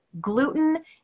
gluten